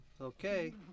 okay